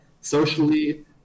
socially